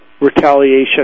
retaliation